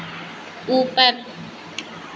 ऊपर